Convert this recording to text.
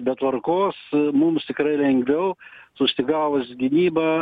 be tvarkos mums tikrai lengviau sustygavus gynybą